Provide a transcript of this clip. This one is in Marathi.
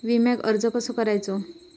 विम्याक अर्ज कसो करायचो?